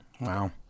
Wow